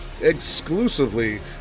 exclusively